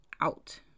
out